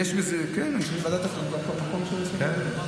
יש בזה, ועדת, כן.